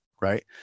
right